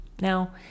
now